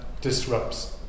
disrupts